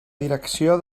direcció